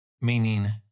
meaning